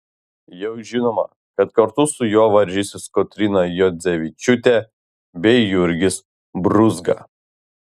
jau žinoma kad kartu su juo varžysis kotryna juodzevičiūtė bei jurgis brūzga